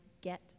get